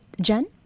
Jen